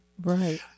right